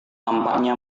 tampaknya